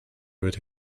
would